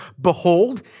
behold